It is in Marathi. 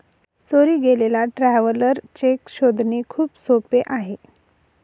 चोरी गेलेला ट्रॅव्हलर चेक शोधणे खूप सोपे आहे